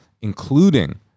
including